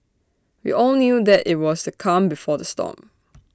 we all knew that IT was the calm before the storm